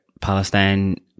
Palestine